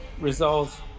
results